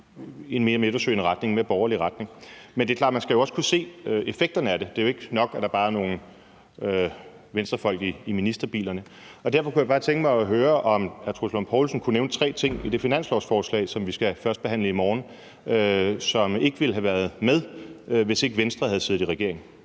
i en mere midtersøgende retning, en mere borgerlig retning. Men det er jo klart, at man også skal kunne se effekterne af det. Det er ikke nok, at der bare er nogle Venstrefolk i ministerbilerne. Derfor kunne jeg godt tænke mig at høre, om hr. Troels Lund Poulsen kunne nævne tre ting i det finanslovsforslag, som vi skal førstebehandle i morgen, som ikke ville have været med, hvis ikke Venstre havde siddet i regering.